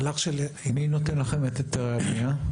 מי נותן לכם את היתרי הבנייה?